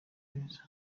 beza